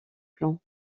plants